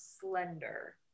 slender